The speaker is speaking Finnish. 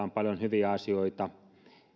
on paljon hyviä asioita